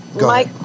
Mike